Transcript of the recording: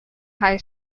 high